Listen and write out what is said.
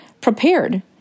prepared